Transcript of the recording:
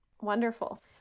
Wonderful